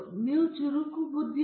ಆದ್ದರಿಂದ ನಾವು ಉಳಿದಿರುವ ಏನಿದೆ